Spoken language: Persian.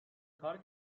کار